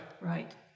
Right